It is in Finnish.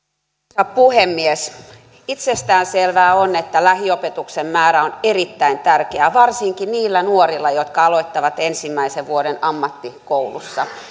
puhemies itsestään selvää on että lähiopetuksen määrä on erittäin tärkeä varsinkin niillä nuorilla jotka aloittavat ensimmäisen vuoden ammattikoulussa